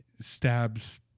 Stabs